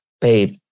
babe